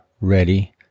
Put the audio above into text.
ready